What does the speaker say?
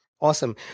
Awesome